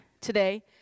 today